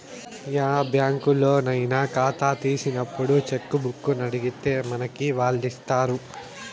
ఏ బ్యాంకులోనయినా కాతా తీసినప్పుడు చెక్కుబుక్కునడిగితే మనకి వాల్లిస్తారు